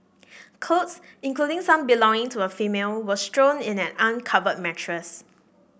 clothes including some belonging to a female were strewn in an uncovered mattress